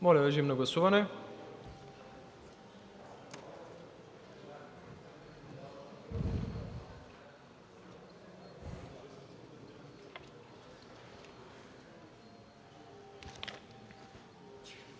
Моля, режим на гласуване.